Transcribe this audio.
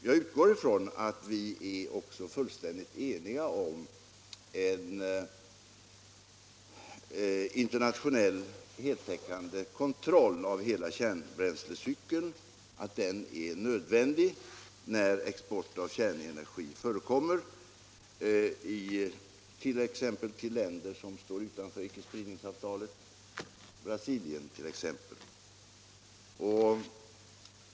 Jag utgår också ifrån att vi är fullständigt eniga om att en internationell heltäckande kontroll av hela kärnbränslecykeln är nödvändig vid export av kärnenergi bl.a. till länder som står utanför icke-spridningsavtalet, t.ex. Brasilien.